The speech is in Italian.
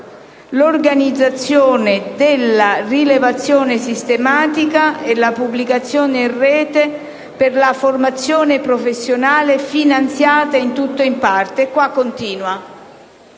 l’organizzazione della rilevazione sistematica e la pubblicazione in rete, per la formazione professionale finanziata in tutto o in parte con